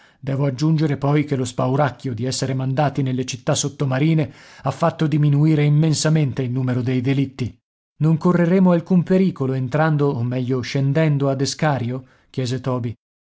devo aggiungere poi che lo spauracchio di essere mandati nelle città sottomarine ha fatto diminuire immensamente il numero dei delitti non correremo alcun pericolo entrando o meglio scendendo ad escario chiese toby